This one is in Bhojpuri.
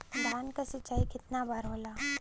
धान क सिंचाई कितना बार होला?